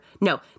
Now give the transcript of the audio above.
no